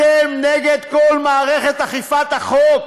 אתם נגד כל מערכת אכיפת החוק,